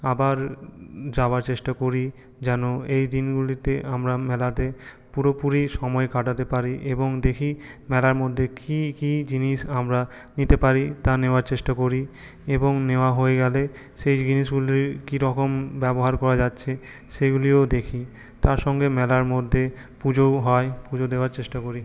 আবার যাওয়ার চেষ্টা করি যেন এই দিনগুলিতে আমরা মেলাতে পুরোপুরি সময় কাটাতে পারি এবং দেখি মেলার মধ্যে কী কী জিনিস আমরা নিতে পারি তা নেওয়ার চেষ্টা করি এবং নেওয়া হয়ে গেলে সেই জিনিসগুলি কীরকম ব্যবহার করা যাচ্ছে সেগুলিও দেখি তার সঙ্গে মেলার মধ্যে পুজোও হয় পুজো দেওয়ার চেষ্টা করি